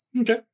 Okay